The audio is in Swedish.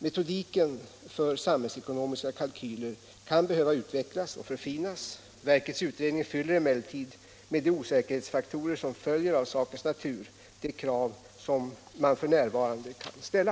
Metodiken för samhällsekonomiska kalkyler kan behöva utvecklas och förfinas. Verkets utredning fyller emellertid — med de osäkerhetsfaktorer som följer av sakens natur — de krav man f.n. kan ställa.